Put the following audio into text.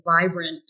vibrant